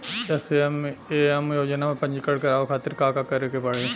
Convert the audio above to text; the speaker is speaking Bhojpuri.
एस.एम.ए.एम योजना में पंजीकरण करावे खातिर का का करे के पड़ी?